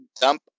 dump